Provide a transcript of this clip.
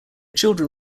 children